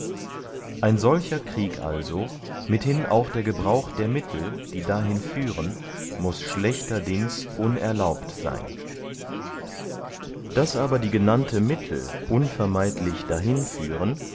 ein solcher krieg also mithin auch der gebrauch der mittel die dahin führen muß schlechterdings unerlaubt seyn daß aber die genannte mittel unvermeidlich dahin führen